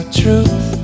truth